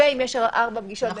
ואם יש ארבע פגישות,